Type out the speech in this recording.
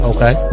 Okay